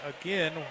again